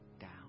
down